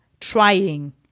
trying